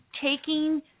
taking